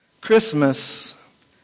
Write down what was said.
Christmas